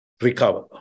recover